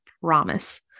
promise